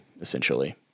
essentially